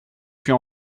plus